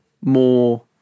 more